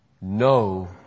No